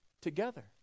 together